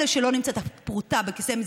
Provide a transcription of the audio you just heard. אלה שלא נמצאת הפרוטה בכיסם,